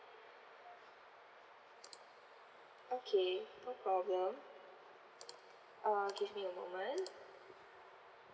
okay no problem uh give me a moment